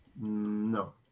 No